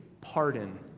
pardon